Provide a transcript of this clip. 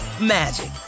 magic